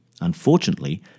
Unfortunately